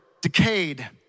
decayed